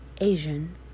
Asian